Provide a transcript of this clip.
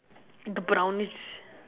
brownish